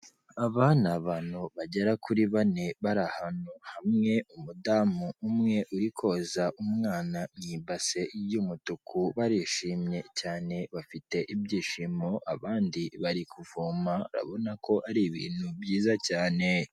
Aba ni abantu bagera kuri bane bari ahantu hamwe, umudamu umwe uri koza umwana mu ibase y'umutuku, barishimye cyane bafite ibyishimo, abandi bari kuvoma urabona ko ari ibintu byiza cyane.